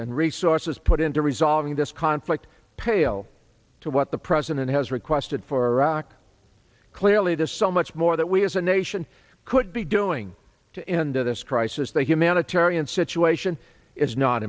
and resources put into resolving this conflict pale to what the president has requested for iraq clearly this so much more that we as a nation could be doing to end of this crisis the humanitarian situation is not